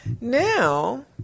now